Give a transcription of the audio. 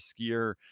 skier